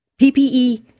PPE